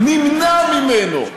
נמנע ממנו.